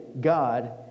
God